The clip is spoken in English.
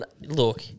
look